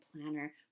planner